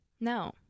No